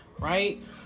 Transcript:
Right